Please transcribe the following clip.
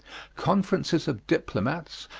conferences of diplomats,